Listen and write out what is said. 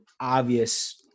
obvious